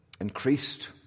increased